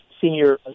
senior